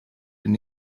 and